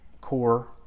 core